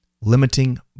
limiting